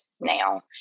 now